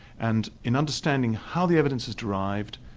and in understanding how the evidence is derived,